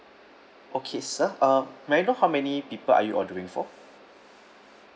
okay sir uh may I know how many people are you ordering for